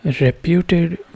reputed